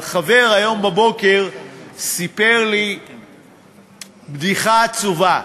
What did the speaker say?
אבל היום בבוקר חבר סיפר לי בדיחה עצובה,